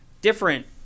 different